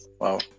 Wow